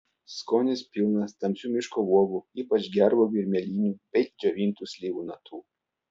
skonis pilnas tamsių miško uogų ypač gervuogių ir mėlynių bei džiovintų slyvų natų